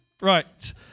Right